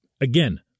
Again